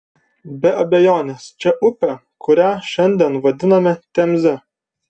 be abejonės čia upė kurią šiandien vadiname temze